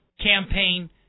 campaign